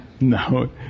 No